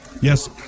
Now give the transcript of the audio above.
Yes